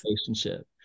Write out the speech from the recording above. relationship